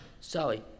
sorry